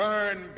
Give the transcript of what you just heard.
Burn